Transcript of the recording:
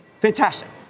fantastic